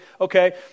Okay